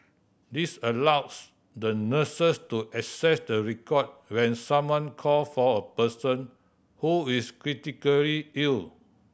this allows the nurses to access the record when someone call for a person who is critically ill